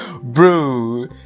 Bro